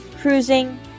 cruising